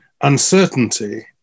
uncertainty